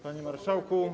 Panie Marszałku!